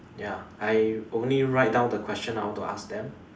ya I only write down the question I want to ask them